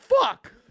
fuck